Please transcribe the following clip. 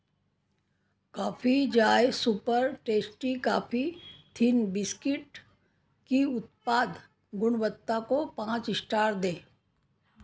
coffee joy super tasty coffee thin biscuit की उत्पाद गुणवत्ता को पाँच इश्टार दें